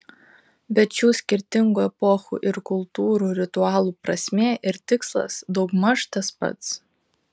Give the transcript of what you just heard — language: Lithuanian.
bet šių skirtingų epochų ir kultūrų ritualų prasmė ir tikslas daugmaž tas pats